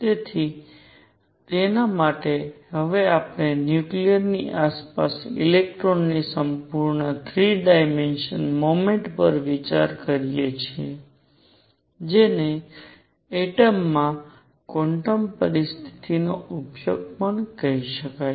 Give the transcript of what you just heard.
તેથી તેના માટે હવે આપણે ન્યુક્લિયસની આસપાસ ઇલેક્ટ્રોનની સંપૂર્ણ 3 ડાયમેન્શનલ મોમેન્ટમ પર વિચાર કરીએ છીએ જેને એટમમાં ક્વોન્ટમ પરિસ્થિતિઓનો ઉપયોગ પણ કહી શકાય